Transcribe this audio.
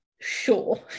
sure